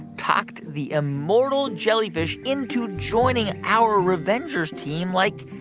talked the immortal jellyfish into joining our revengers team, like,